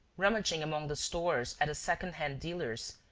rummaging among the stores at a second-hand dealer's,